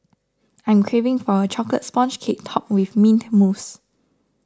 I am craving for a Chocolate Sponge Cake Topped with Mint Mousse